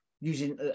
using